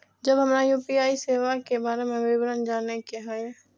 जब हमरा यू.पी.आई सेवा के बारे में विवरण जाने के हाय?